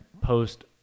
post